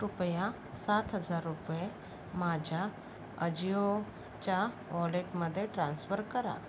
कृपया सात हजार रुपये माझ्या अजिओच्या वॉलेटमध्ये ट्रान्स्फर करा